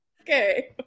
okay